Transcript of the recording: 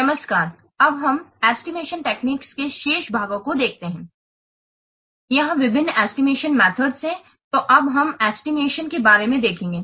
यहाँ विभिन्न estimating methods है तो अब हम एस्टिमेशन के बारे में देखेंगे